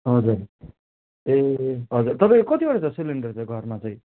हजुर ए हजुर तपाईँको कतिवटा छ सिलिन्डर चाहिँ घरमा चाहिँ